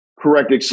Correct